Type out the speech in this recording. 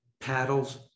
paddles